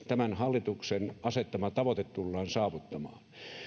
tämän hallituksen asettama tavoite tullaan saavuttamaan